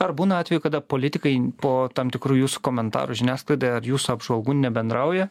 ar būna atvejų kada politikai po tam tikrų jūsų komentarų žiniasklaidai ar jūsų apžvalgų nebendrauja